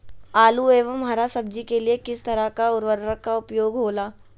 आलू एवं हरा सब्जी के लिए किस तरह का उर्वरक का उपयोग होला?